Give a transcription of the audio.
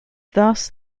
thus